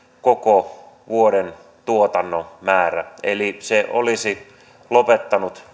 koko vuoden tuotannon määrä eli se olisi lopettanut